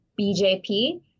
BJP